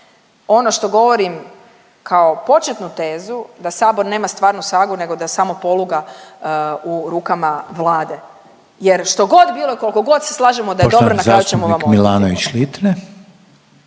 ono što govorim kao početnu tezu da sabor nema stvarnu sagu nego da je samo poluga u rukama Vlade jer štogod bilo i kolikogod se slažemo da je …/Upadica Reiner: Poštovani